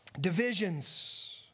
Divisions